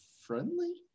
friendly